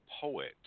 poet